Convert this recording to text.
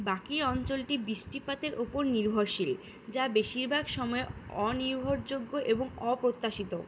বাকি অঞ্চলটি বৃষ্টিপাতের ওপর নির্ভরশীল যা বেশিরভাগ সমায় অনির্ভরযোগ্য এবং অপ্রত্যাশিত